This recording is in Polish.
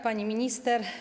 Pani Minister!